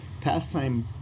pastime